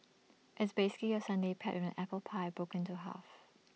it's basically your sundae paired with an apple pie broken into half